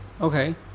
Okay